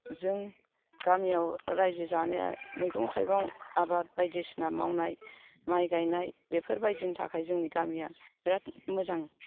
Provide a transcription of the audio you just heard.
जों गामियाव राज्यो जानाया मैगं थाइगं आबाद बायदिसिना मावनाय माइ गायनाय बेफोर बायदिनि थाखाय जोंनि गामिया बिराद मोजां